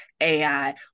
AI